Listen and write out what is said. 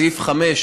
סעיף 5,